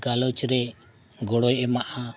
ᱜᱟᱞᱚᱪ ᱨᱮ ᱜᱚᱲᱚᱭ ᱮᱢᱟᱜᱼᱟ